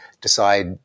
decide